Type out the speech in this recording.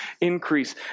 increase